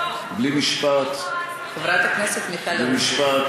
לכן אנחנו מבקשות